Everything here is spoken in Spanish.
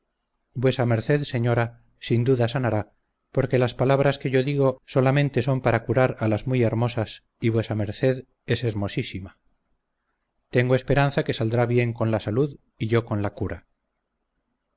dije vuesa merced señora sin duda sanará porque las palabras que yo digo solamente son para curar a las muy hermosas y vuesa merced es hermosísima tengo esperanza que saldrá bien con la salud y yo con la cura